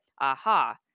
aha